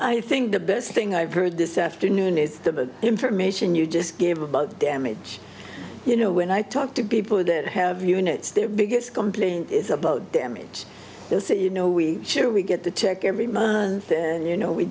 i think the best thing i've heard this afternoon is the information you just gave about the damage you know when i talk to bieber that have units their biggest complaint is about damage this is you know we sure we get the check every month and you know we